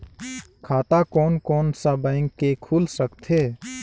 खाता कोन कोन सा बैंक के खुल सकथे?